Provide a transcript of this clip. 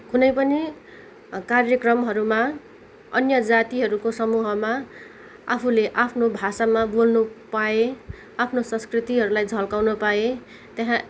कुनै पनि कार्यक्रमहरूमा अन्य जातिहरूको समूहमा आफूले आफ्नो भाषामा बोल्नु पाए आफ्नो संस्कृतिहरूलाई झल्काउन पाए त्यहाँ